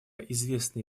известные